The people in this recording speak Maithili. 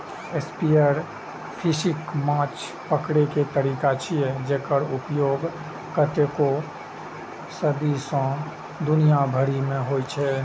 स्पीयरफिशिंग माछ पकड़ै के तरीका छियै, जेकर उपयोग कतेको सदी सं दुनिया भरि मे होइ छै